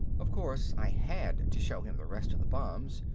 of course i had to show him the rest of the bombs,